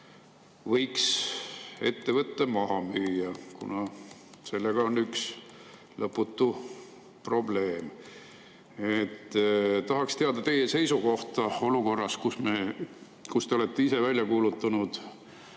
võiks ettevõtte maha müüa, kuna sellega on lõputult probleeme. Tahaks teada teie seisukohta olukorras, kus te olete ise välja kuulutanud